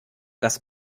das